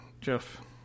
Jeff